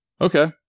Okay